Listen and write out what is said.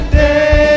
day